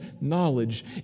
knowledge